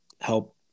help